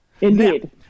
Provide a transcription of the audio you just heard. Indeed